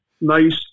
nice